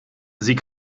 sie